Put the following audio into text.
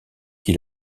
qui